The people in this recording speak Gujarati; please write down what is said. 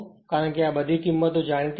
કારણ કે આ બધી કિંમતો જાણીતી છે